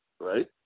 right